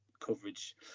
coverage